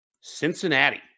Cincinnati